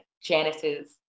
Janice's